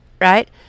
Right